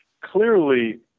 Clearly